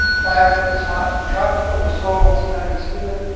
climate was hot and tropical. the soil was not as good.